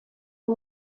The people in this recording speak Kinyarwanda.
uyu